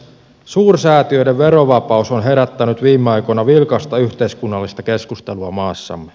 suursäätiöiden verovapaus on herättänyt viime aikoina vilkasta yhteiskunnallista keskustelua maassamme